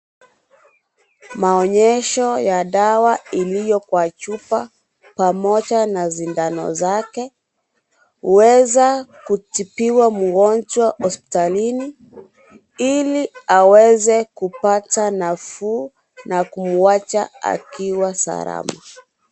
Maonyesho ya dawa iliyo kwa chupa pamoja na sindano zake, huweza kutibiwa mgonjwa hospitalini Ili aweze kupata nafuu na kumwacha akiwa salama.